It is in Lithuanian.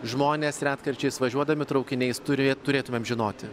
žmonės retkarčiais važiuodami traukiniais turė turėtumėm žinoti